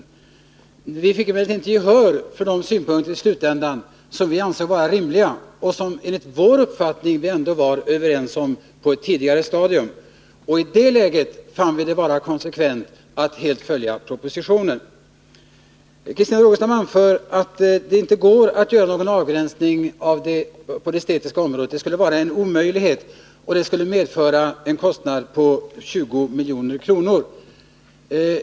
I slutskedet fick vi emellertid inte gehör för de synpunkter som vi ansåg vara rimliga och som vi, enligt vår uppfattning, ändå var överens om på ett tidigare stadium. I det läget fann vi det vara konsekvent att helt följa propositionen. Christina Rogestam sade också att det inte går att göra någon avgränsning när det gäller ämnena på det estetiska området. Detta skulle vara en omöjlighet, och det skulle medföra en kostnadsökning på 20 milj.kr.